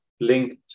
linked